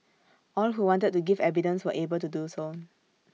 all who wanted to give evidence were able to do so